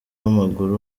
w’amaguru